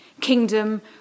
kingdom